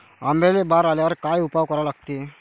आंब्याले बार आल्यावर काय उपाव करा लागते?